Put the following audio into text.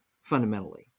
fundamentally